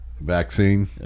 Vaccine